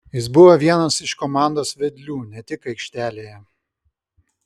jis buvo vienas iš komandos vedlių ne tik aikštelėje